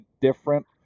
different